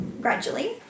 gradually